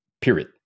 period